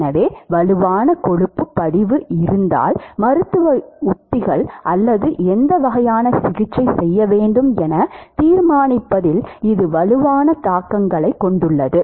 எனவே வலுவான கொழுப்பு படிவு இருந்தால் மருத்துவ உத்திகள் அல்லது எந்த வகையான சிகிச்சை செய்ய வேண்டும் என தீர்மானிப்பதில் இது வலுவான தாக்கங்களைக் கொண்டுள்ளது